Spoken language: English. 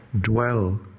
dwell